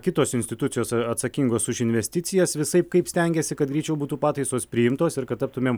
kitos institucijos a atsakingos už investicijas visaip kaip stengiasi kad greičiau būtų pataisos priimtos ir kad taptumėm